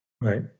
right